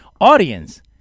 audience